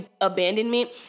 abandonment